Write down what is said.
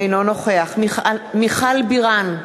אינו נוכח מיכל בירן,